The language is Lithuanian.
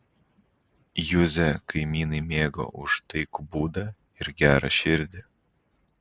juzę kaimynai mėgo už taikų būdą ir gerą širdį